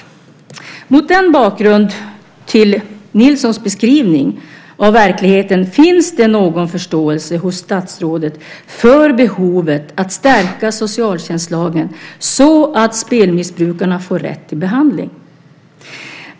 Finns det mot bakgrund av Nilssons beskrivning av verkligheten någon förståelse hos statsrådet för behovet av att stärka socialtjänstlagen så att spelmissbrukarna får rätt till behandling?